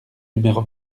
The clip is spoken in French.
numéro